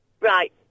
Right